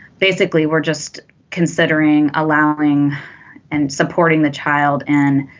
basically we're just considering allowing and supporting the child and